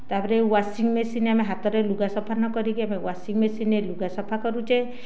ତାପରେ ୱାସିଙ୍ଗ୍ମେସିନ୍ ଆମେ ହାତରେ ଲୁଗା ସଫା ନକରିକି ଆମେ ୱାସିଙ୍ଗ୍ମେସିନ୍ ରେ ଲୁଗା ସଫା କରୁଛେ